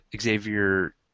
Xavier